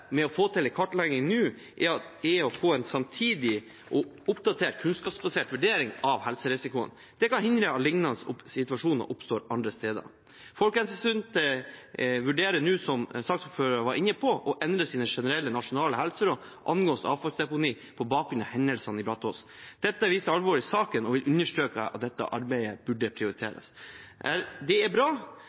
å få til en kartlegging nå er å få en samtidig og oppdatert kunnskapsbasert vurdering av helserisikoen. Det kan hindre at lignende situasjoner oppstår andre steder. Folkehelseinstituttet vurderer nå, som den fungerende saksordføreren var inne på, å endre sine generelle nasjonale helseråd angående avfallsdeponier på bakgrunn av hendelsene i Brånåsen. Det viser alvoret i saken, og jeg vil understreke at dette arbeidet burde prioriteres. Det er bra,